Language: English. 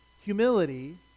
humility